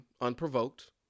unprovoked